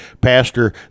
Pastor